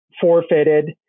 forfeited